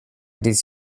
dies